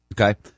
Okay